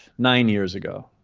nine years ago.